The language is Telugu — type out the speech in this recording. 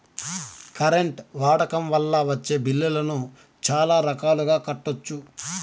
కరెంట్ వాడకం వల్ల వచ్చే బిల్లులను చాలా రకాలుగా కట్టొచ్చు